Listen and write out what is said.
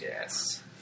Yes